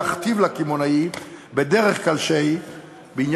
להקטין את הגידול בהוצאה האזרחית.